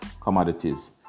commodities